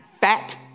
fat